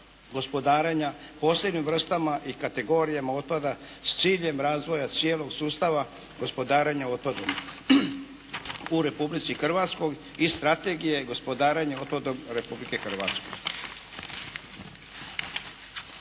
gospodarenja posebnim vrstama i kategorijama otpada s ciljem razvoja cijelog sustava gospodarenja otpadom u Republici Hrvatskoj iz Strategije gospodarenja otpadom Republike Hrvatske.